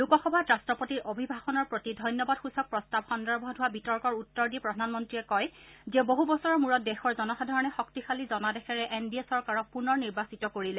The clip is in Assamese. লোকসভাত ৰাষ্ট্ৰপতিৰ অভিভাষণৰ প্ৰতি ধন্যবাদ সূচক প্ৰস্তাৱ সন্দৰ্ভত হোৱা বিতৰ্কৰ উত্তৰ দি প্ৰধানমন্ত্ৰীয়ে কয় যে বহু বছৰৰ মূৰত দেশৰ জনসাধাৰণে শক্তিশালী জনাদেশেৰে এন ডি এ চৰকাৰক পূনৰ নিৰ্বাচিত কৰিলে